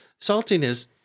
saltiness